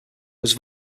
was